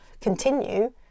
continue